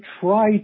try